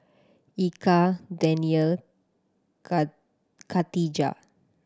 Eka Danial Katijah